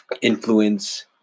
influence